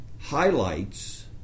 highlights